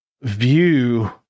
view